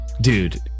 dude